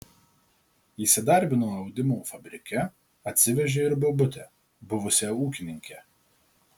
įsidarbino audimo fabrike atsivežė ir bobutę buvusią ūkininkę